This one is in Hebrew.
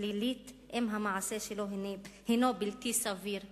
פלילית אם המעשה שלו הינו בלתי סביר בעליל.